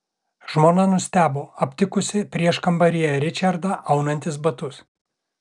žmona nustebo aptikusi prieškambaryje ričardą aunantis batus